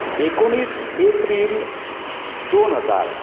एकुणीस एप्रील दोन हजार